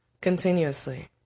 Continuously